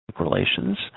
relations